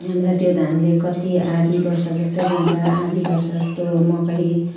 हामीलाई त्यो धानले कति आधी वर्ष जस्तै जान्छ आधी वर्ष जस्तो मकै